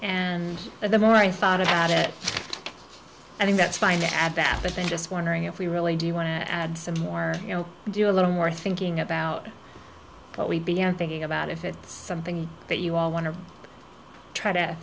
and the more i thought about it i mean that's fine add that but then just wondering if we really do want to add some more you know do a little more thinking about what we began thinking about if it's something that you all want to try to